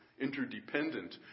interdependent